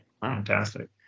fantastic